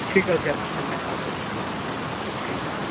ঠিক আছে আপনার সঙ্গে দেখা হবে পরের ঠিক আছে